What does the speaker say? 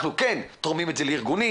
אנחנו כן תורמים את זה לארגונים,